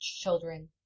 children